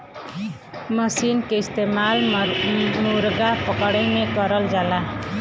मसीन के इस्तेमाल मुरगा पकड़े में करल जाला